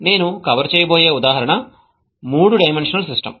నేను కవర్ చేయబోయే ఉదాహరణ 3 డైమెన్షనల్ సిస్టమ్